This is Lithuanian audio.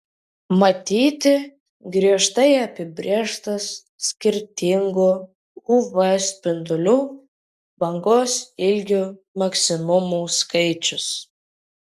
matyti griežtai apibrėžtas skirtingų uv spindulių bangos ilgių maksimumų skaičius